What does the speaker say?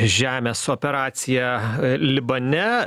žemės operaciją libane